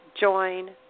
Join